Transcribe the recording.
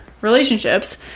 relationships